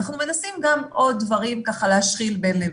אנחנו מנסים גם עוד דברים ככה להשחיל בין לבין.